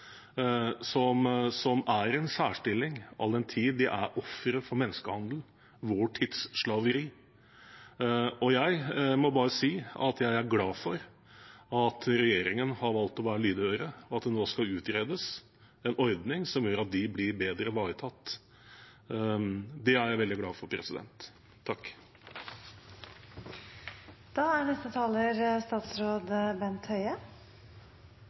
som er i en særstilling all den tid de er ofre for menneskehandel, vår tids slaveri. Jeg må bare si at jeg er glad for at regjeringen har valgt å være lydhør, og at det nå skal utredes en ordning som gjør at de blir bedre ivaretatt. Det er jeg veldig glad for.